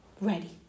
ready